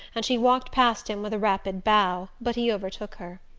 and she walked past him with a rapid bow but he overtook her.